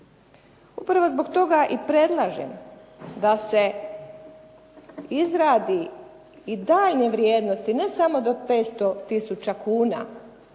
Upravo zbog toga i predlažem da se izradi i daljnje vrijednosti ne samo do 500 tisuća kuna